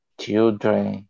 children